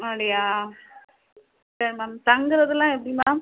அப்படியா சரி மேம் தங்கிறதெல்லாம் எப்படி மேம்